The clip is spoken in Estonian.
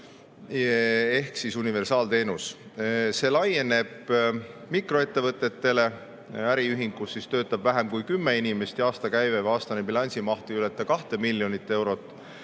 Ehk siis universaalteenus. See laieneb mikroettevõtetele: äriühingule, kus töötab vähem kui 10 inimest ja aastakäive või aastane bilansimaht ei ületa 2 miljonit eurot;